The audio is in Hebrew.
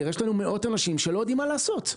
יש לנו מאות אנשים שלא יודעים מה לעשות,